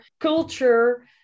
culture